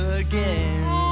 again